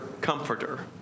comforter